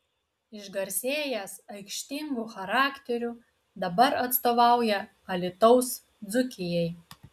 išgarsėjęs aikštingu charakteriu dabar atstovauja alytaus dzūkijai